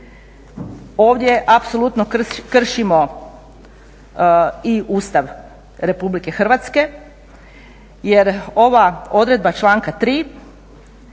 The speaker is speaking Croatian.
ovdje apsolutno kršimo i Ustav RH jer ova odredba članka 3.